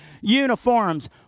uniforms